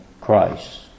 Christ